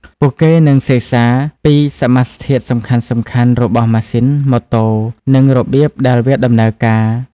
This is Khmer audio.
ពួកគេនឹងសិក្សាពីសមាសធាតុសំខាន់ៗរបស់ម៉ាស៊ីនម៉ូតូនិងរបៀបដែលវាដំណើរការ។